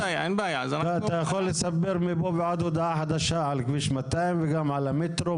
אתה יכול לספר מפה ועד הודעה חדשה על כביש 200 וגם על המטרו.